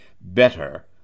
better